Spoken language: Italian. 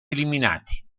eliminati